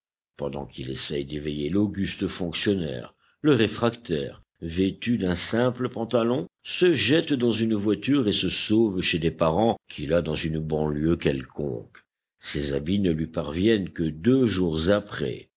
pendant qu'il essaye d'éveiller l'auguste fonctionnaire le réfractaire vêtu d'un simple pantalon se jette dans une voiture et se sauve chez des parents qu'il a dans une banlieue quelconque ses habits ne lui parviennent que deux jours après